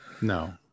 No